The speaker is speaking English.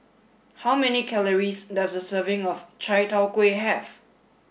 how many calories does a serving of Chai Tow Kway have